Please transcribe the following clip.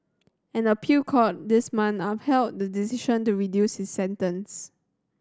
an appeal court this month upheld the decision to reduce his sentence